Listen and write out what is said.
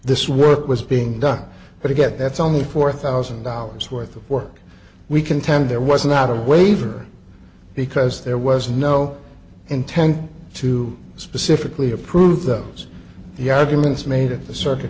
this work was being done but again that's only four thousand dollars worth of work we contend there was not a waiver because there was no intent to specifically approve those the arguments made at the circuit